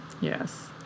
yes